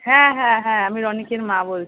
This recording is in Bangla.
হ্যাঁ হ্যাঁ হ্যাঁ আমি রণিকের মা বলছি